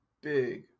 big